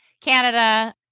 Canada